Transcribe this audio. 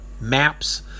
maps